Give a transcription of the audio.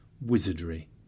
wizardry